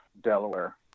Delaware